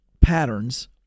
patterns